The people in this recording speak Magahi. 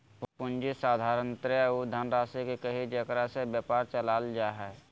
पूँजी साधारणतय उ धनराशि के कहइ हइ जेकरा से व्यापार चलाल जा हइ